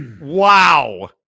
Wow